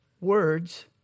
words